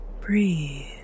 Breathe